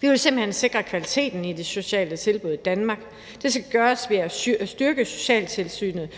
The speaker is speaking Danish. Vi vil simpelt hen sikre kvaliteten i de sociale tilbud i Danmark. Det skal gøres ved at styrke socialtilsynet,